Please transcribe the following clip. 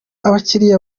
ababikira